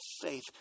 faith